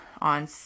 on